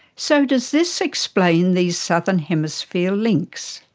so does this explain these southern hemisphere links?